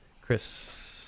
Chris